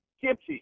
kimchi